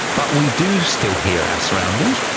but we do still hear our surroundings,